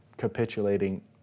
Capitulating